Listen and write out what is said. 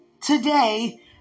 today